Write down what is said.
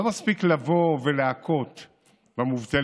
לא מספיק לבוא ולהכות במובטלים,